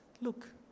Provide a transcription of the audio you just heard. look